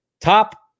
top